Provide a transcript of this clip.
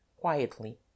quietly